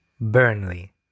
Burnley